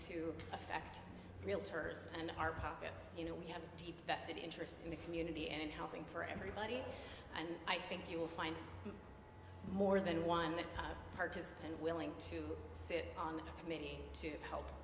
to affect real terse and our pockets you know we have a deep vested interest in the community and housing for everybody and i think you will find more than one participant willing to sit on a committee to help